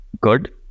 good